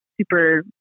super